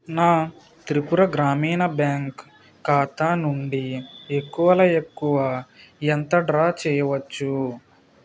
నా త్రిపుర గ్రామీణ బ్యాంక్ ఖాతా నుండి ఎక్కువల ఎక్కువ ఎంత డ్రా చేయవచ్చు